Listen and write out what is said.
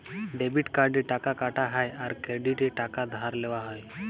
debit কার্ডে টাকা কাটা হ্যয় আর ক্রেডিটে টাকা ধার লেওয়া হ্য়য়